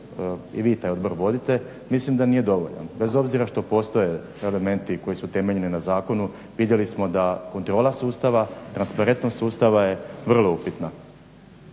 i vi taj odbor vodite, mislim da nije dovoljan bez obzira što postoje elementi koji su temeljeni na zakonu. Vidjeli smo da kontrola sustava i transparentnost sustava je vrlo upitna.